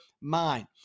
mind